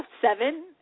seven